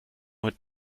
mit